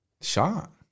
shot